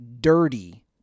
Dirty